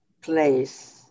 place